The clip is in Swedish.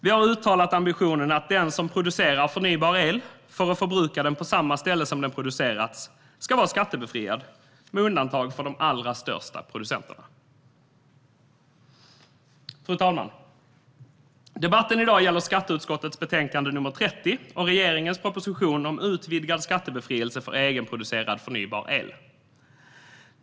Vi har uttalat ambitionen att den som producerar förnybar el för att förbruka den på samma ställe som den producerats på ska vara skattebefriad, med undantag för de allra största producenterna. Fru talman! Debatten i dag gäller skatteutskottets betänkande nr 30 och regeringens proposition om utvidgad skattebefrielse för egenproducerad förnybar el.